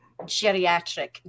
geriatric